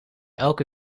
elke